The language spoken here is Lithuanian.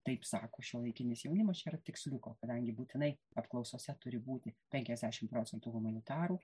taip sako šiuolaikinis jaunimas čia yra tiksliuko kadangi būtinai apklausose turi būti penkiasdešimt procentų humanitarų